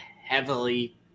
heavily